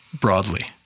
broadly